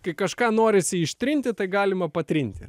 kai kažką norisi ištrinti tai galima patrinti